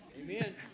Amen